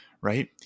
right